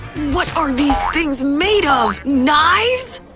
what are these things made of, knives!